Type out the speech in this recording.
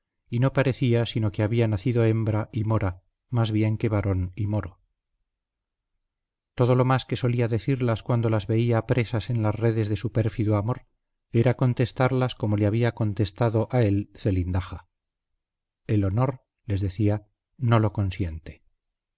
y no parecía sino que había nacido hembra y mora más bien que varón y moro todo lo más que solía decirlas cuando las veía presas en las redes de su pérfido amor era contestarlas como le había contestado a él zelindaja el honor les decía no lo consiente